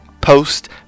post